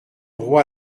roi